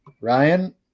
Ryan